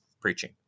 Preaching